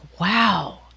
wow